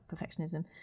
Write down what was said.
perfectionism